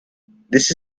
this